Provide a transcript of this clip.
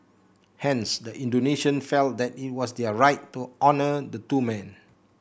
hence the Indonesian felt that it was their right to honour the two men